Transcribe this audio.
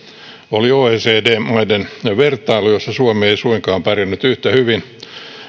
oli oecd maiden vertailu jossa suomi ei suinkaan pärjännyt yhtä hyvin